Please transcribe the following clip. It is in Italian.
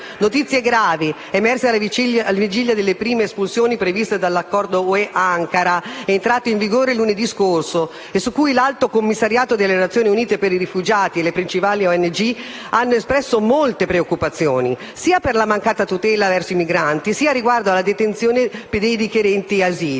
notizie gravi, emerse alla vigilia delle prime espulsioni previste dall'accordo Ue-Ankara, entrato in vigore lunedì scorso e su cui l'Alto commissariato delle Nazioni Unite per i rifugiati e le principali ONG hanno espresso molte preoccupazioni sia per la mancata tutele verso i migranti, sia riguardo alla detenzione dei richiedenti asilo.